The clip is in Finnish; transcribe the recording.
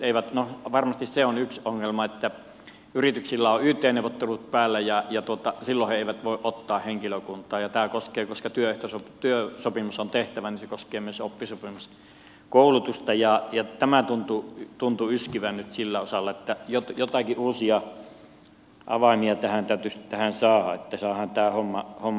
no varmasti se on yksi ongelma että yrityksillä on yt neuvottelut päällä ja silloin he eivät voi ottaa henkilökuntaa ja tämä koskee koska työsopimus on tehtävä myös oppisopimuskoulutusta ja tämä tuntuu nyt yskivän nyt sillä osalla niin että joitakin uusia avaimia tähän täytyisi saada että saadaan tämä homma liikkeelle